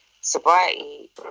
sobriety